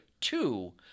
Two